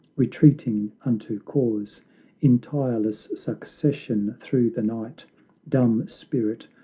retreating unto cause in tireless succession through the night dumb spirit,